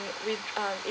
with um it